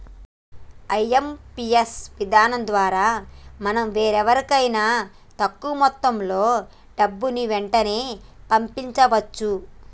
IMPS విధానం ద్వారా మనం వేరెవరికైనా తక్కువ మొత్తంలో డబ్బుని వెంటనే పంపించవచ్చు